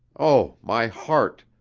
oh, my heart!